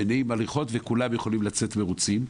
בנועם הליכות וכולם יכולים לצאת מרוצים.